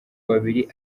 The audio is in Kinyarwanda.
babiri